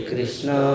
Krishna